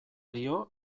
dio